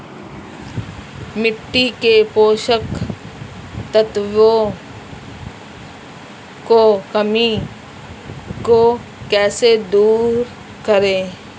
मिट्टी के पोषक तत्वों की कमी को कैसे दूर करें?